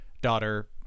daughter